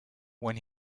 when